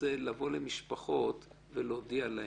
לבוא למשפחות ולהודיע להן.